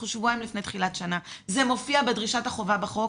אנחנו שבועיים לפני תחילת שנה זה מופיע בדרישת החובה בחוק,